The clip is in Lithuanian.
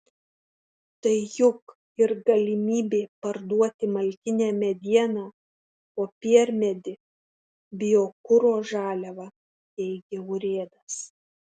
tai juk ir galimybė parduoti malkinę medieną popiermedį biokuro žaliavą teigė urėdas